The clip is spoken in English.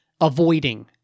avoiding